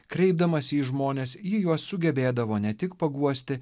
kreipdamasi į žmones ji juos sugebėdavo ne tik paguosti